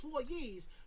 employees